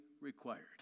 required